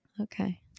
Okay